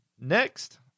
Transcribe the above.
Next